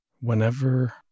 Whenever